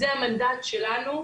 זה המנדט שלנו.